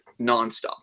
nonstop